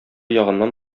ягыннан